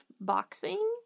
boxing